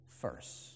first